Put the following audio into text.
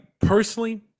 personally